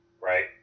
Right